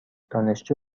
دانشجو